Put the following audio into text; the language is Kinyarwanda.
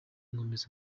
nkomeza